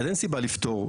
אז אין סיבה לפטור.